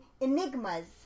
enigmas